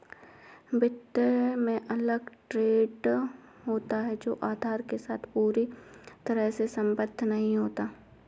वित्त में अलग ग्रेड होता है जो आधार के साथ पूरी तरह से सहसंबद्ध नहीं होता है